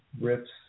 rips